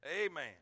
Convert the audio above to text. amen